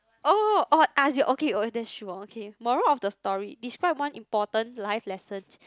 oh oh ask you okay oh that's true hor okay moral of story describe one important life lesson